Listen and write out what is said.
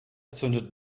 zündet